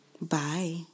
Bye